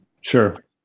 sure